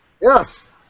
Yes